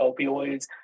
opioids